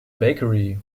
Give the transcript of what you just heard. bakery